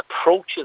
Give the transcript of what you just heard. approaches